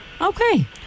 Okay